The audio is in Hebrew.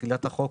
תחילת החוק.